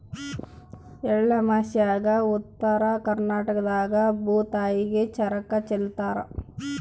ಎಳ್ಳಮಾಸ್ಯಾಗ ಉತ್ತರ ಕರ್ನಾಟಕದಾಗ ಭೂತಾಯಿಗೆ ಚರಗ ಚೆಲ್ಲುತಾರ